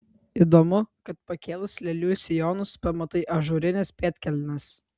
įdomu kad pakėlus lėlių sijonus pamatai ažūrines pėdkelnes